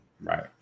right